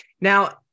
Now